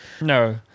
No